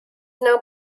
now